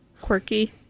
quirky